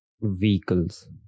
vehicles